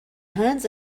hands